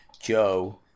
Joe